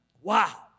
Wow